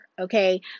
Okay